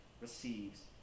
receives